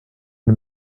une